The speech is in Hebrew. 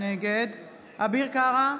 נגד אביר קארה,